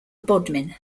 bodmin